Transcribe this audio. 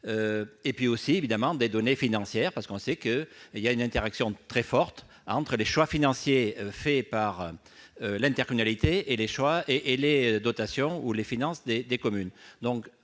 services, et évidemment des données financières. On sait en effet qu'il y a une interaction très forte entre les choix financiers réalisés par l'intercommunalité et les dotations ou les finances des communes.